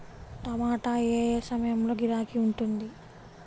టమాటా ఏ ఏ సమయంలో గిరాకీ ఉంటుంది?